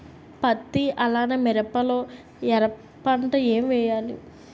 పత్తి అలానే మిరప లో ఎర పంట ఏం వేయాలి?